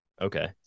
Okay